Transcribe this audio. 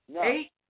Eight